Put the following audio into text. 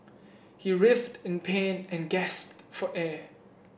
he writhed in pain and gasped for air